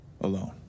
alone